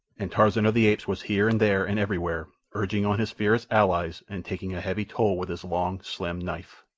and tarzan of the apes was here and there and everywhere, urging on his fierce allies and taking a heavy toll with his long, slim knife.